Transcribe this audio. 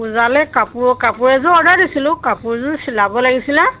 পূজালে কাপোৰ কাপোৰ এযোৰ অৰ্ডাৰ দিছিলোঁ কাপোৰযোৰ চিলাব লাগিছিলে